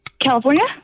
California